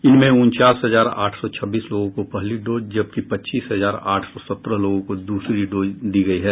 इनमें उनचास हजार आठ सौ छब्बीस लोगों को पहली डोज जबकि पच्चीस हजार आठ सौ सत्रह लोगों को दूसरी डोज दी गयी है